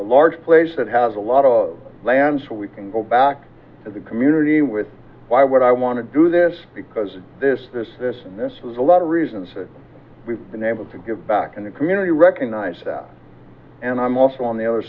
large place that has a lot of land so we can go back to the community with why would i want to do this because this this this and this was a lot of reasons that we've been able to give back in the community recognize that and i'm also on the other